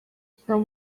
from